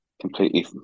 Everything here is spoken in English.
completely